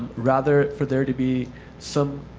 rather, for there to be some